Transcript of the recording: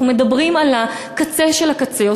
אנחנו מדברים על הקצה של הקצה.